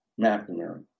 McNamara